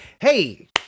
hey